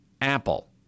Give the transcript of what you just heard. apple